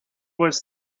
was